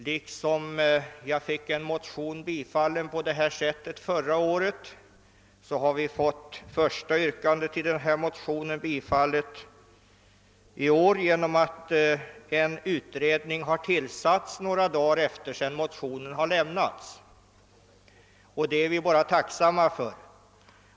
Liksom jag fick en motion bifallen på detta särskilda sätt förra året, har vi fått det första yrkandet i den nu föreliggande motionen bifallet i år. En utredning blev nämligen tillsatt några dagar efter det motionen hade inlämnats, och det är jag tacksam för.